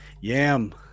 yam